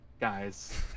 guys